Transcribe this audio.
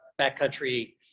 backcountry